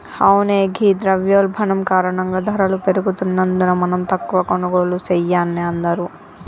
అవునే ఘీ ద్రవయోల్బణం కారణంగా ధరలు పెరుగుతున్నందున మనం తక్కువ కొనుగోళ్లు సెయాన్నే అందరూ